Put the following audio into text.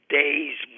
days